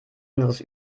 anderes